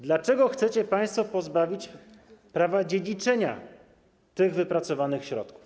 Dlaczego chcecie państwo pozbawić prawa dziedziczenia tych wypracowanych środków?